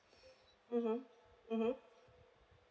hmm hmm